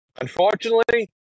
Unfortunately